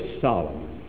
Solomon